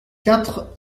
quatre